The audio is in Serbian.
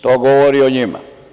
To govori o njima.